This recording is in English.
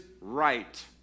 right